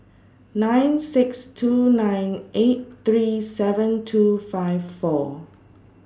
nine six two nine eight three seven two five four